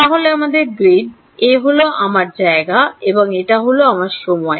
তাহলে আমাদের গ্রিড এ হল আমার জায়গা এবং এটা হল আমার সময়